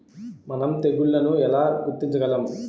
మనం తెగుళ్లను ఎలా గుర్తించగలం?